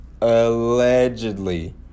Allegedly